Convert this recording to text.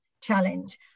challenge